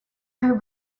her